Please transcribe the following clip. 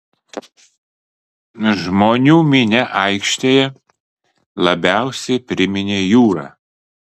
žmonių minia aikštėje labiausiai priminė jūrą